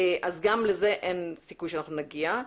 גם לזה אין סיכוי שנגיע.